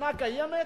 שנה קיימת,